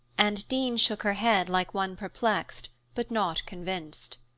and dean shook her head like one perplexed, but not convinced.